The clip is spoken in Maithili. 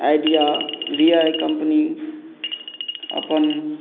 आइडिया बी आइ कम्पनी अपन